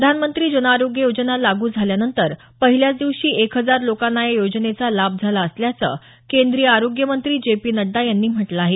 प्रधानमंत्री जनआरोग्य योजना लागू झाल्यानंतर पहिल्याच दिवशी एक हजार लोकांना या योजेचा लाभ झाला असल्याचं केंद्रीय आरोग्य मंत्री जे पी नड्डा यांनी म्हटलं आहे